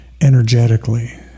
energetically